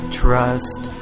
trust